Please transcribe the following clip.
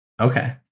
Okay